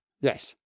Yes